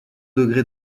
degré